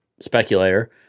speculator